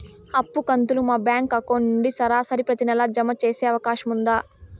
అప్పు కంతులు మా బ్యాంకు అకౌంట్ నుంచి సరాసరి ప్రతి నెల జామ సేసే అవకాశం ఉందా?